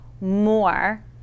more